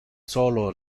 solo